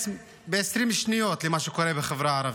ב-20 שניות למה שקורה בחברה הערבית.